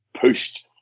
pushed